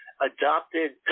adopted